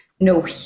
no